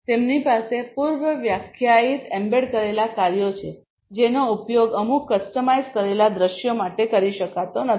તેમની પાસે પૂર્વવ્યાખ્યાયિત એમ્બેડ કરેલા કાર્યો છે જેનો ઉપયોગ અમુક કસ્ટમાઇઝ કરેલા દૃશ્યો માટે કરી શકાતો નથી